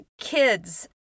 kids